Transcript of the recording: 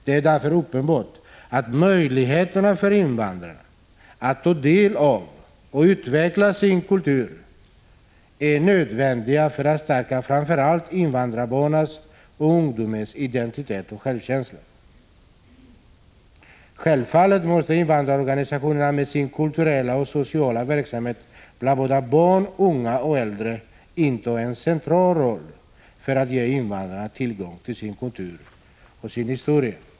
Det är därför uppenbart att möjligheterna för invandrarna att ta del av och utveckla sin kultur är nödvändiga för att stärka framför allt invandrarbarnens och invandrarungdomens identitet och självkänsla. Självfallet måste invandrarorganisationerna med sin kulturella och sociala verksamhet bland både barn, unga och äldre inta en central roll för att ge invandrarna tillgång till sin kultur och sin historia.